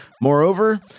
Moreover